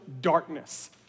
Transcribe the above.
darkness